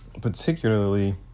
particularly